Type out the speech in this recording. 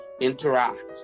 interact